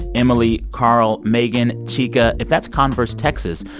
emily, carl, megan, chica if that's converse, texas,